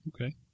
Okay